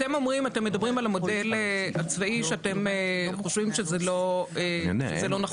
אתם מדברים על המודל הצבאי שאתם חושבים שזה לא נכון.